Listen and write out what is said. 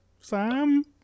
Sam